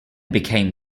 became